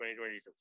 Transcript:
2022